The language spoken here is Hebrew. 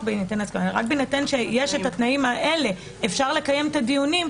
בהינתן שיש את התנאים האלה אפשר לקיים את הדיונים,